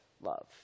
love